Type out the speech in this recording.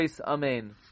amen